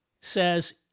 says